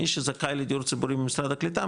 מי שזכאי לדיור ציבורי ממשרד הקליטה,